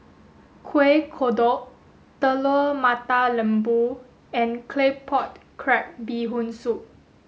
Kuih Kodok Telur Mata Lembu and Claypot Crab Bee Hoon Soup